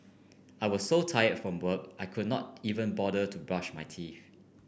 I was so tire from work I could not even bother to brush my teeth